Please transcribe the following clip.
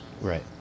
Right